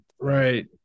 right